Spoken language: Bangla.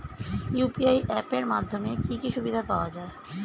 ইউ.পি.আই অ্যাপ এর মাধ্যমে কি কি সুবিধা পাওয়া যায়?